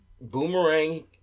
Boomerang